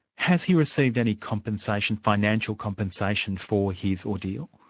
has he received any compensation, financial compensation for his ordeal?